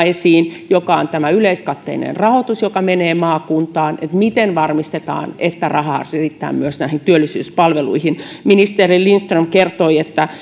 esiin joka on tämä yleiskatteinen rahoitus joka menee maakuntaan ja se miten varmistetaan että rahaa riittää myös näihin työllisyyspalveluihin ministeri lindström kertoi että